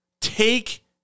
Take